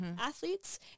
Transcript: athletes